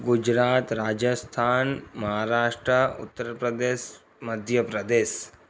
Gujarat Rajasthan Maharashtra Uttar Pradesh Madhya Pradesh